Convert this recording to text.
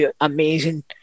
amazing